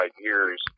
years